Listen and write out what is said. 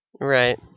Right